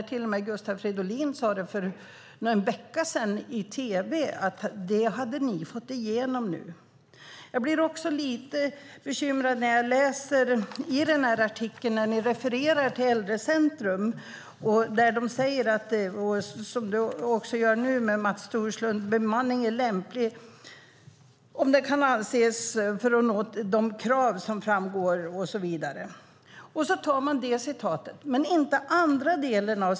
Till och med Gustav Fridolin sade för någon vecka sedan i tv att ni nu hade fått igenom det. Jag blir också lite bekymrad när jag läser den här artikeln och ser att ni refererar till Äldrecentrum - du refererar också nu till Mats Thorslund. De säger då att bemanningen är lämplig om den kan anses vara tillräcklig för att uppnå de krav som framgår och så vidare. Man tar den delen av citatet men inte den andra delen.